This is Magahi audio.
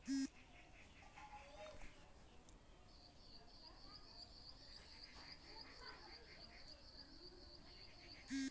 पूजा कहले कि वहाक बॉण्ड बाजारेर बार जानकारी छेक